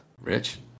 Rich